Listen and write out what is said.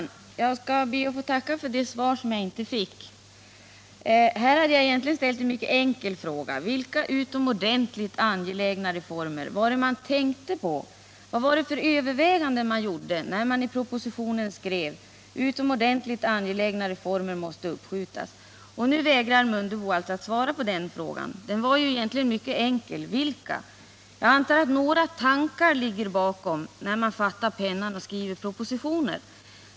Herr talman! Jag får tacka för det svar som jag inte fick. Jag frågade: Vilka utomordentligt angelägna reformer var det man tänkte på, vilka överväganden var det man gjorde när man i propositionen skrev att utomordentligt angelägna reformer måste uppskjutas? Nu vägrar Ingemar Mundebo att svara på den frågan. Den var egentligen mycket enkel: Vilka reformer gäller det? Några tankar ligger väl bakom när man fattar pennan och skriver propositioner.